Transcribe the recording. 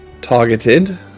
targeted